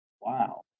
Wow